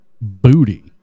Booty